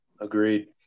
Agreed